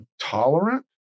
tolerant